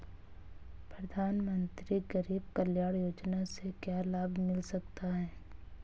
प्रधानमंत्री गरीब कल्याण योजना से क्या लाभ मिल सकता है?